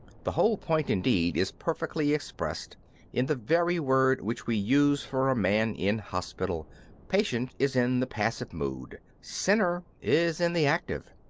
the whole point indeed is perfectly expressed in the very word which we use for a man in hospital patient is in the passive mood sinner is in the active.